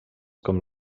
com